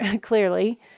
clearly